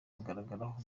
kugaragaraho